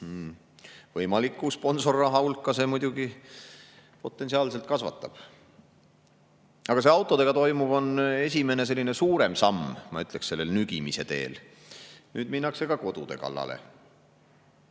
Võimaliku sponsorraha hulka see muidugi potentsiaalselt kasvatab. Aga see autodega toimuv on esimene selline suurem samm, ma ütleksin, sellel nügimise teel. Nüüd minnakse ka kodude kallale.